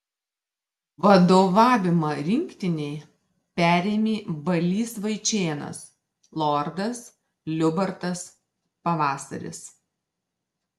vadovavimą rinktinei perėmė balys vaičėnas lordas liubartas pavasaris